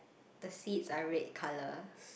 the seeds are red in colour